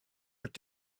wyt